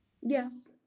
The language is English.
Yes